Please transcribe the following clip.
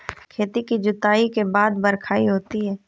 खेती की जुताई के बाद बख्राई होती हैं?